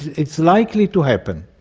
it's likely to happen.